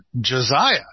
Josiah